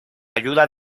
ayuda